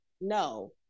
no